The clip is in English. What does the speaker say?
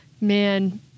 man